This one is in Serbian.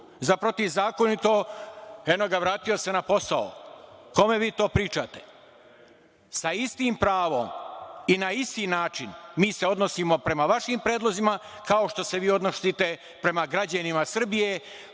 za protivzakonito, eno ga vratio se na posao. Kome vi to pričate? Sa istim pravom i na isti način mi se odnosimo prema vašim predlozima kao što se vi odnosite prema građanima Srbije